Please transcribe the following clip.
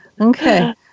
Okay